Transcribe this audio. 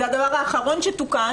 זה הדבר האחרון שתוקן.